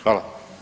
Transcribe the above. Hvala.